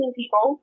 people